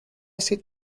sit